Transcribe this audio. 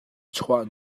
chuah